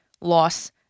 loss